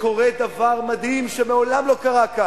וקורה דבר מדהים, שמעולם לא קרה כאן: